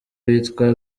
witwa